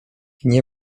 nie